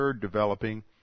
developing